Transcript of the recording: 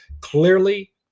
clearly